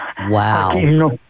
Wow